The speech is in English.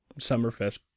Summerfest